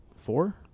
Four